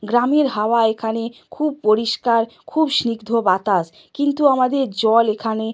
গ্রামের হাওয়া এখানে খুব পরিষ্কার খুব স্নিগ্ধ বাতাস কিন্তু আমাদের জল এখানে